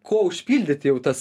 ko užpildyt jau tas